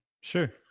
Sure